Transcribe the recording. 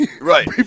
Right